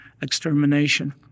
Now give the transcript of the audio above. extermination